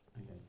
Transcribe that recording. Okay